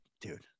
dude